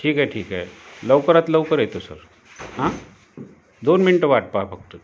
ठीक आहे ठीक आहे लवकरात लवकर येतो सर आं दोन मिंट वाट पहा फक्त